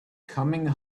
coming